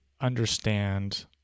understand